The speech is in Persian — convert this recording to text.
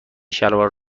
شلوار